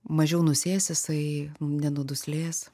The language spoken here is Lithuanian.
mažiau nusės jisai nenuduslės